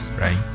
right